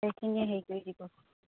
এইখিনিয়ে হেৰি কৰি দিব